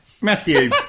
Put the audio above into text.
Matthew